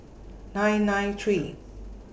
nine nine three